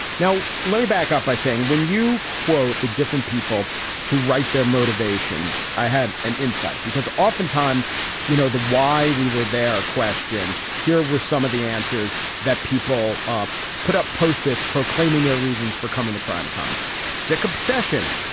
now let me back up by saying when you quote the different people who write their motivations i had an insight because oftentimes you know the why we were there. question here were some of the answers that people put up posters proclaiming their reasons for coming the crime con sic obsession.